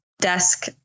desk